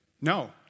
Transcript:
No